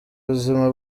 ubuzima